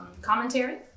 commentary